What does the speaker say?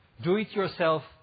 do-it-yourself